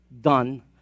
done